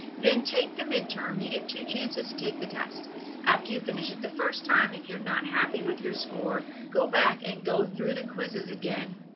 then take the midterm you get two chances to take the test after you finish it the first time if you're not happy with your score go back and go through the quizzes again.